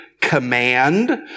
command